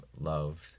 loved